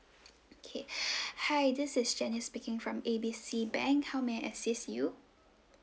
okay hi this is janice speaking from A B C bank how may I assist you